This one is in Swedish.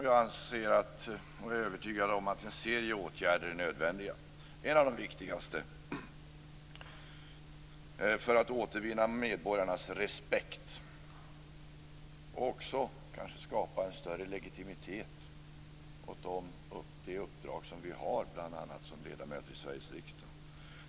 Jag är övertygad om att en serie åtgärder är nödvändiga för att återvinna medborgarnas respekt och skapa en större legitimitet åt de uppdrag vi har som ledamöter i Sveriges riksdag.